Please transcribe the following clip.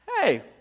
Hey